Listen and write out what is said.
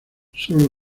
solo